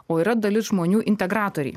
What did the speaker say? o yra dalis žmonių integratoriai